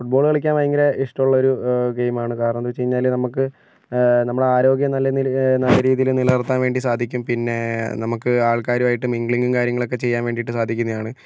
ഫുട് ball കളിക്കാൻ ഭയങ്കര ഇഷ്ടമുള്ള ഒരു ഗെയിം ആണ് കാരണം എന്താണെന്ന് വെച്ചു കഴിഞ്ഞാൽ നമുക്ക് നമ്മളുടെ ആരോഗ്യം നല്ല നില നല്ല രീതിയിൽ നിലനിർത്താൻ വേണ്ടി സാധിക്കും പിന്നെ നമുക്ക് ആൾക്കാരുമായിട്ട് മിംഗ്ലിങ്ങും കാര്യങ്ങളൊക്കെ ചെയ്യാൻ വേണ്ടിയിട്ട് സാധിക്കുന്നതാണ്